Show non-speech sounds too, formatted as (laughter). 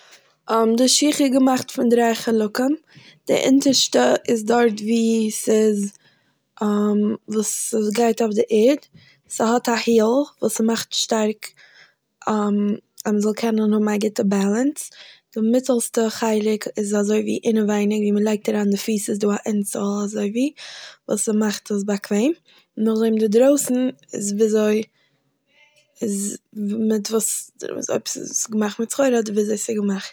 די שיך איז געמאכט פון דריי חלקים, די אונטערשטע איז דארט ווי ס'איז (hesitation) וואס ס'גייט אויף די ערד, ס'האט א היעל וואס ס'מאכט שטארק (hesitation) אז מ'זאל קענען האבן א גוטע בעלענס, די מיטעלסטע חלק איז אזוי ווי אינעווייניג ווי מ'לייגט אריין די פיס איז דא א אינסאול אזוי ווי וואס ס'מאכט עס באקוועם, נאכדעם די דרויסן איז ווי אזוי- איז מיט וואס-אויב ס'איז געמאכט מיט סחורה אדער ווי אזוי ס'איז געמאכט.